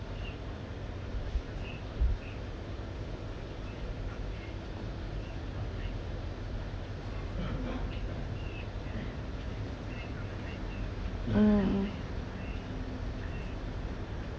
mm mm